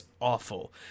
awful